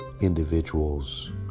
individual's